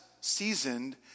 seasoned